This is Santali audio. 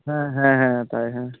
ᱦᱮᱸ ᱦᱮᱸ ᱛᱟᱭ ᱦᱮᱸ